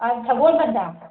ꯁꯒꯣꯜꯕꯟꯗ